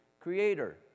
creator